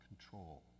control